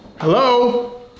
Hello